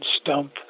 stump